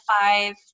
five